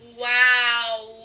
Wow